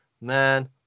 man